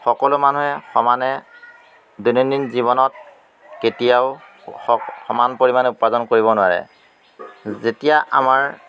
সকলো মানুহে সমানে দৈনন্দিন জীৱনত কেতিয়াও সমান পৰিমাণে উপাৰ্জন কৰিব নোৱাৰে যেতিয়া আমাৰ